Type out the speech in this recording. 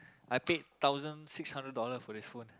I paid thousand six hundred dollar for this phone